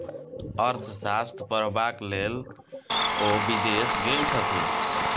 अर्थशास्त्र पढ़बाक लेल ओ विदेश गेल छथि